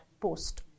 post